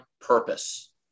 purpose